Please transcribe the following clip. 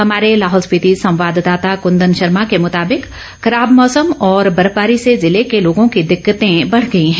हमारे लाहौल स्पीति संवाददाता कृंदन शर्मा के मुताबिक खराब मौसम और बर्फबारी से जिले के लोगों की दिक्कतें बढ़ गई है